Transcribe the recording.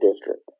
district